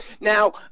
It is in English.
Now